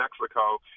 Mexico